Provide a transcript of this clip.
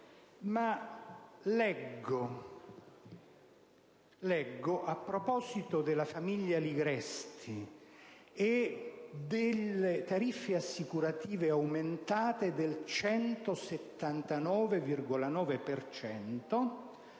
ma, a proposito della famiglia Ligresti e delle tariffe assicurative aumentate del 179,9